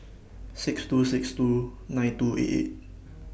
six two six two nine two eight eight